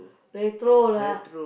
retro lah